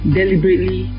deliberately